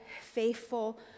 faithful